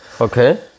Okay